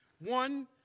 One